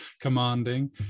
commanding